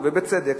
ובצדק,